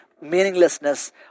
meaninglessness